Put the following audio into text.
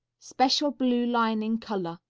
special blue lining color.